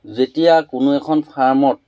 যেতিয়া কোনো এখন ফাৰ্মত